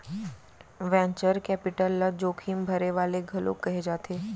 venture capital ल जोखिम भरे वाले घलोक कहे जाथे